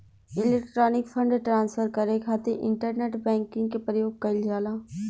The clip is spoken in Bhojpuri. इलेक्ट्रॉनिक फंड ट्रांसफर करे खातिर इंटरनेट बैंकिंग के प्रयोग कईल जाला